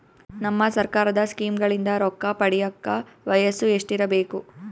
ನಮ್ಮ ಸರ್ಕಾರದ ಸ್ಕೀಮ್ಗಳಿಂದ ರೊಕ್ಕ ಪಡಿಯಕ ವಯಸ್ಸು ಎಷ್ಟಿರಬೇಕು?